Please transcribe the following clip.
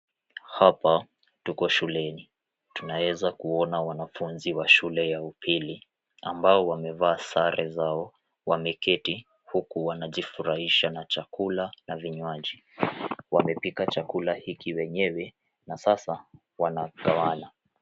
Hapa tuko shuleni. Tunaeza kuona wanafunzi wa shule ya upili, ambao wamevaa sare zao wameketi, huku wakijifurahisha na chakula na vinywaji. Wamepika chakula hiki wenyewe, na sasa wanagawana.